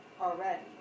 already